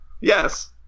Yes